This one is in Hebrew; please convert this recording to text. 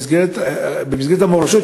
במסגרת המורשות,